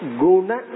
guna